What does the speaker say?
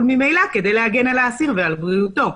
ממילא כדי להגן על האסיר ועל בריאותו.